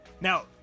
Now